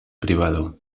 privado